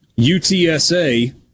UTSA